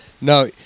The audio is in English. No